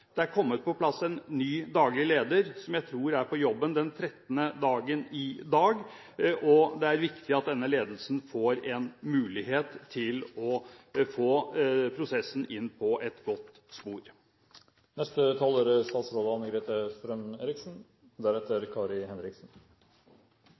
det er kommet på plass en ny daglig leder, som jeg tror har sin 13. dag på jobben i dag. Det er viktig at denne ledelsen får en mulighet til å få prosessen inn på et godt